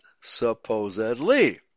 supposedly